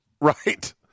Right